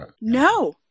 no